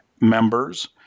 members